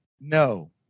no